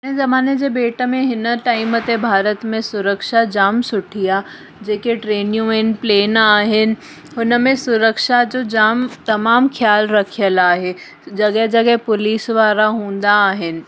हिन ज़माने जे भेट में हिन टाइम ते भारत में सुरक्षा जाम सुठी आहे जेके ट्रेनियूं आहिनि प्लेन आहिनि हुन में सुरक्षा जो जाम तमामु ख़्यालु रखियलु आहे जॻह जॻह पुलिस वारा हूंदा आहिनि